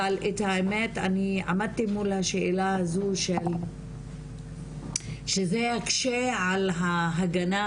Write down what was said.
אבל את האמת אני עמדתי מול השאלה הזו שזה יקשה על ההגנה